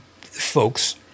folks